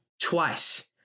twice